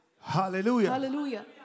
Hallelujah